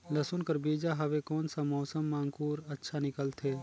लसुन कर बीजा हवे कोन सा मौसम मां अंकुर अच्छा निकलथे?